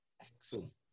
Excellent